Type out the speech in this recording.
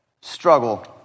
struggle